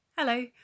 Hello